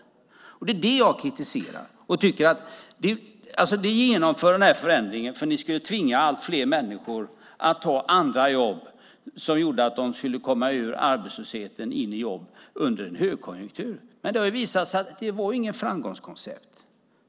Det är vad jag kritiserar. Ni genomförde den förändringen för att ni skulle tvinga allt fler människor att ta andra jobb som gjorde att de skulle komma ur arbetslösheten och in i jobb under en högkonjunktur. Men det har visat sig att det inte var något framgångskoncept.